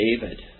David